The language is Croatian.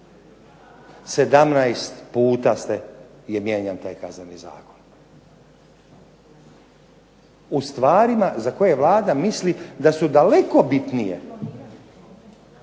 17 puta je mijenjan taj Kazneni zakon u stvarima za koje Vlada mislim da su daleko bitnije